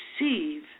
receive